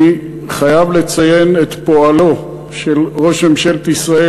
אני חייב לציין את פועלו של ראש ממשלת ישראל,